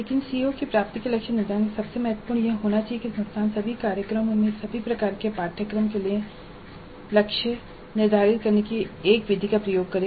लेकिन सीओ के लिए प्राप्ति लक्ष्य निर्धारित करने का सबसे महत्वपूर्ण पहलू यह होना चाहिए कि संस्थान सभी कार्यक्रमों में सभी पाठ्यक्रमों के लिए लक्ष्य निर्धारित करने की एक विधि का उपयोग करे